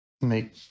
make